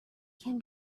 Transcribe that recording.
can